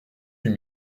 huit